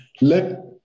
let